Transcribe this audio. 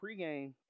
pregame